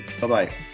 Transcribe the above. Bye-bye